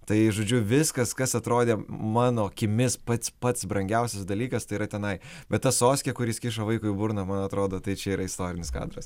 tai žodžiu viskas kas atrodė mano akimis pats pats brangiausias dalykas tai yra tenai bet ta soskė kur jis kiša vaikui į burną man atrodo tai čia yra istorinis kadras